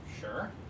Sure